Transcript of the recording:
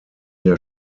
der